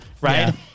right